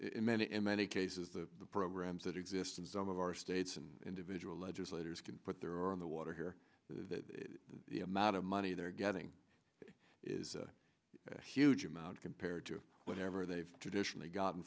in many in many cases the programs that exist in some of our states and individual legislators can put their are in the water here that the amount of money they're getting is a huge amount compared to whatever they've traditionally gotten